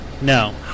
No